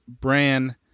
Bran